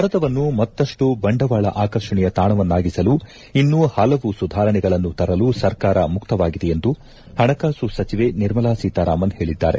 ಭಾರತವನ್ನು ಮತ್ತಪ್ಪು ಬಂಡವಾಳ ಆಕರ್ಷಣೆಯ ತಾಣವನ್ನಾಗಿಸಲು ಇನ್ನೂ ಹಲವು ಸುಧಾರಣೆಗಳನ್ನು ತರಲು ಸರ್ಕಾರ ಮುಕ್ತವಾಗಿದೆ ಎಂದು ಹಣಕಾಸು ಸಚಿವೆ ನಿರ್ಮಲಾ ಸೀತಾರಾಮನ್ ಹೇಳಿದ್ದಾರೆ